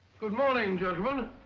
good morning, gentlemen